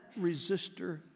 resistor